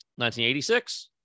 1986